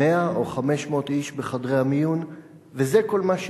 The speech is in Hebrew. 100 או 500 איש בחדרי המיון, וזה כל מה שיקרה.